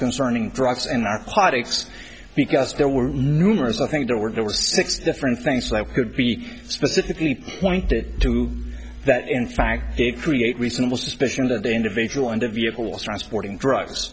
concerning drugs in our politics because there were numerous i think there were there were six different things like who'd be specifically pointed to that in fact they create reasonable suspicion that the individual in the vehicle was transporting drugs